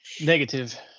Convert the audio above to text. Negative